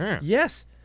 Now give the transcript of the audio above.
yes